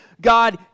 God